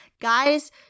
Guys